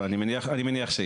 אבל אני מניח שיש.